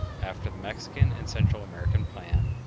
after the mexican and central-american plan,